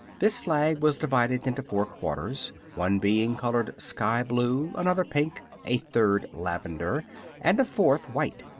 this flag was divided into four quarters, one being colored sky-blue, another pink, a third lavender and a fourth white.